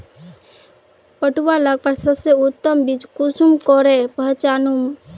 पटुआ लगवार सबसे उत्तम बीज कुंसम करे पहचानूम?